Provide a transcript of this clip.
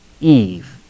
Eve